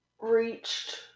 reached